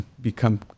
become